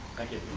thank you.